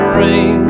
rain